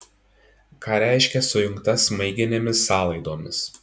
ką reiškia sujungta smaiginėmis sąlaidomis